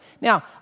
Now